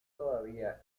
todavía